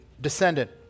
descendant